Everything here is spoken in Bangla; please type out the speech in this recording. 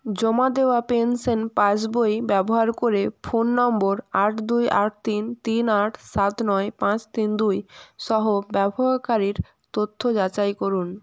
জমা দেওয়া পেনশেন পাসবই ব্যবহার করে ফোন নম্বর আট দুই আট তিন তিন আট সাত নয় পাঁচ তিন দুই সহ ব্যবহাকারীর তথ্য যাচাই করুন